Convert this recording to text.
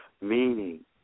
meaning